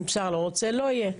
אם שר לא רוצה, לא יהיה.